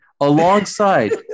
alongside